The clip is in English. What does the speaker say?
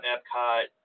Epcot